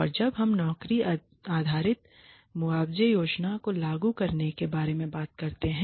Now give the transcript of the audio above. और जब हम नौकरी आधारित मुआवजा योजनाओं को लागू करने के बारे में बात करते हैं